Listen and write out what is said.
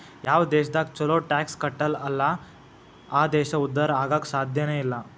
ಯಾವ್ ದೇಶದಾಗ್ ಛಲೋ ಟ್ಯಾಕ್ಸ್ ಕಟ್ಟಲ್ ಅಲ್ಲಾ ಆ ದೇಶ ಉದ್ಧಾರ ಆಗಾಕ್ ಸಾಧ್ಯನೇ ಇಲ್ಲ